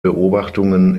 beobachtungen